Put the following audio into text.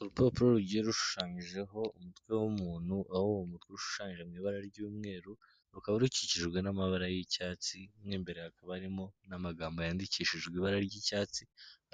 Urupapuro rugiye rushushanyijeho umutwe w'umuntu aho uwo mutwe ushushanyijwe mu ibara ry'umweru rukaba rukikijwe n'amabara y'icyatsi mo imbere hakaba harimo n'amagambo yandikishijwe ibara ry'icyatsi,